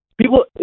people